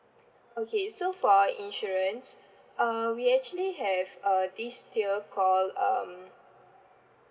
okay so for our insurance uh we actually have uh this tier called um